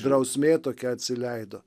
drausmė tokia atsileido